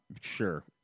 Sure